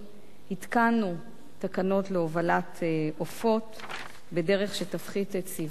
התקנו תקנות להובלת עופות בדרך שתפחית את סבלם,